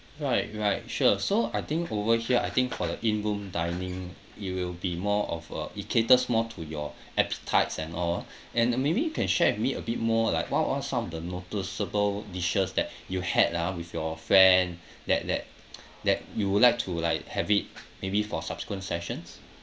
right right sure so I think over here I think for the in room dining it will be more of uh it caters more to your appetites and all and maybe you can share with me a bit more like what are some of the noticeable dishes that you had ah with your friend that that that you would like to like have it maybe for subsequent sessions